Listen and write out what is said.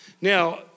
now